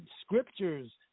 scriptures